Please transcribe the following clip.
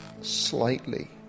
slightly